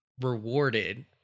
rewarded